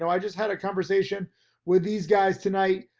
i just had a conversation with these guys tonight.